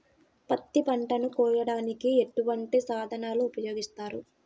పత్తి పంటను కోయటానికి ఎటువంటి సాధనలు ఉపయోగిస్తారు?